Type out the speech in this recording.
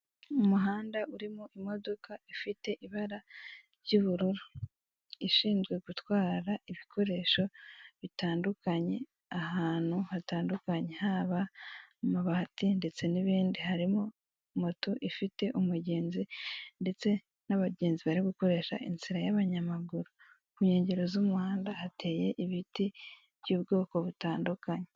Umuhanda urimo imodoka ifite ibara ry'ubururu, ishinzwe gutwara ibikoresho bitandukanye ahantu hatandukanye, haba amabati ndetse n'ibindi harimo moto ifite umugenzi ndetse n'abagenzi bari gukoresha inzira y'abanyamaguru, ku nkengero z'umuhanda hateye ibiti by' ubwoko butandukanye.